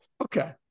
okay